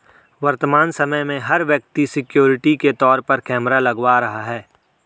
वर्तमान समय में, हर व्यक्ति सिक्योरिटी के तौर पर कैमरा लगवा रहा है